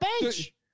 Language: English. bench